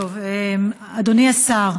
טוב, אדוני השר,